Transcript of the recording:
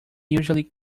usually